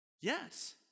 Yes